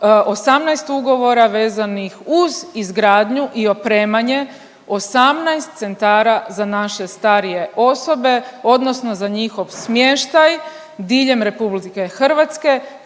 18 ugovora vezanih uz izgradnju i opremanje 18 centara za naše starije osobe odnosno za njihov smještaj diljem RH,